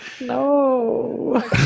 no